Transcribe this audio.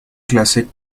clase